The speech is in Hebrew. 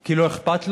כי לא אכפת לו,